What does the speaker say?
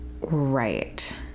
Right